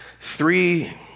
three